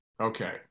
Okay